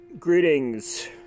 Greetings